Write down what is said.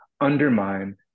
undermine